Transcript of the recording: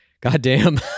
Goddamn